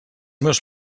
meus